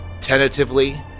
tentatively